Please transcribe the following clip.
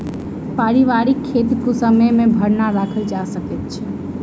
पारिवारिक खेत कुसमय मे भरना राखल जा सकैत अछि